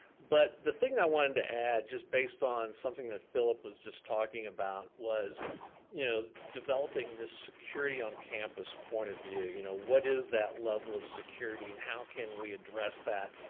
but the thing that i wanted to add, just based on something that phillip was just talking about was you know developing this security on campus point of view. you know what is that level of security, and how can we address that.